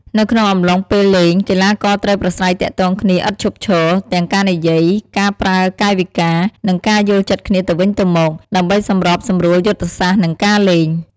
នៅក្នុងអំឡុងពេលលេង កីឡាករត្រូវប្រាស្រ័យទាក់ទងគ្នាឥតឈប់ឈរ ទាំងការនិយាយ ការប្រើកាយវិការ និងការយល់ចិត្តគ្នាទៅវិញទៅមក ដើម្បីសម្របសម្រួលយុទ្ធសាស្ត្រ និងការលេង។